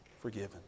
forgiven